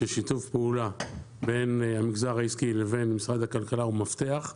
ששיתוף הפעולה בין המגזר העסקי לבין משרד הכלכלה הוא המפתח.